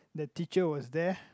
that teacher was there